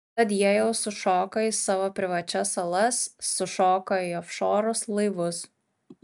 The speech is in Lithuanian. tad jie jau sušoka į savo privačias salas sušoka į ofšorus laivus